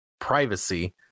privacy